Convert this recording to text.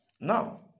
now